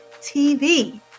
TV